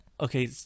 okay